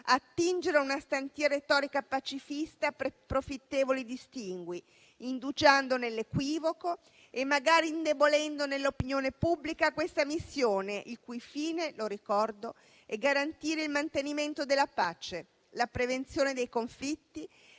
attingere a una stantia retorica pacifista e profittevoli distinguo, indugiando nell'equivoco e magari indebolendo nell'opinione pubblica questa missione, il cui fine - lo ricordo - è garantire il mantenimento della pace, la prevenzione dei conflitti e il